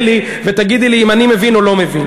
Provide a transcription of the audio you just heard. לי ותגידי לי אם אני מבין או לא מבין.